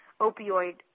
opioid